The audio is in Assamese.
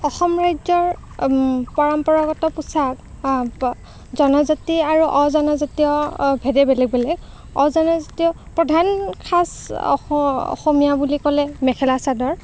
অসম ৰাজ্যৰ পৰম্পৰাগত পোচাক জনজাতি আৰু অজনজাতীয় ভেদে বেলেগ বেলেগ অজনজাতীয় প্ৰধান সাজ অসমীয়া বুলি ক'লে মেখেলা চাদৰ